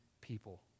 people